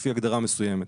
לפי הגדרה מסוימת.